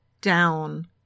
down